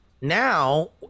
Now